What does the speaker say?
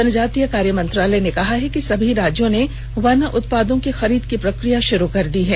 जन जातीय कार्ये मंत्रालय ने कहा है कि सभी राज्यों ने वन उत्पादों की खरीद की प्रक्रिया आरम्भ कर दी है